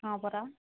ହଁ ପରା